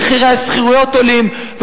במקביל, גם מחירי השכירות עולים.